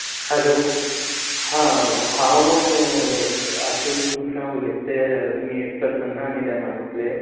hello हां हांव हातू तुसां उलयत ते तुमी प्रसन्ना न्ही डेंमानीतले